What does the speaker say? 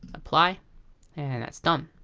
apply and that's done